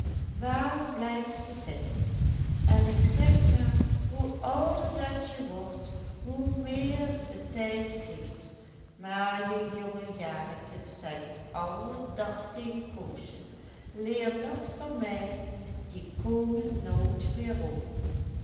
waar blijft de tijd en ik zeg maar hoe ouder dat je wordt hoe meer de tijd vliegt maar je jonge jaren kind zeg ik alle dag tegen koosje leer dat van mij die komen nooit weerom